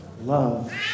love